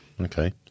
Okay